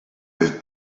with